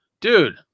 dude